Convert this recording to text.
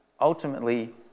ultimately